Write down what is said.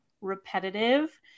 repetitive